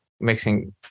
mixing